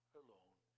alone